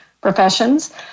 professions